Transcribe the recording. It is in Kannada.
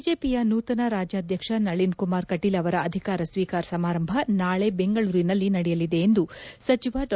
ಬಿಜೆಪಿಯ ನೂತನ ರಾಜ್ಯಾಧ್ಯಕ್ಷ ನಳಿನ್ ಕುಮಾರ್ ಕಟೀಲ್ ಅವರ ಅಧಿಕಾರ ಸ್ವೀಕಾರ ಸಮಾರಂಭ ನಾಳೆ ಬೆಂಗಳೂರಿನಲ್ಲಿ ನಡೆಯಲಿದೆ ಎಂದು ಸಚಿವ ಡಾ